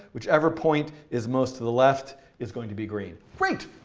whichever point is most to the left is going to be green. great.